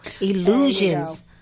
illusions